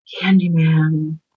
Candyman